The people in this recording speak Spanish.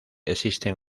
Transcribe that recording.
existen